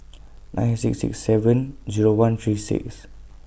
nine six six seven Zero one three six